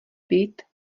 být